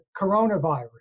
coronavirus